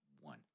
one